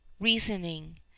Reasoning